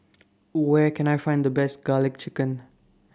Where Can I Find The Best Garlic Chicken